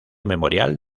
memorial